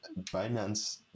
Binance